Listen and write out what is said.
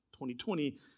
2020